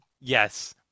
Yes